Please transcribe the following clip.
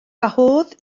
gwahodd